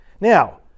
now